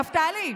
נפתלי,